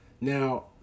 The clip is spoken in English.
Now